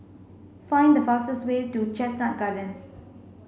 find the fastest way to Chestnut Gardens